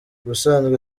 ubusanzwe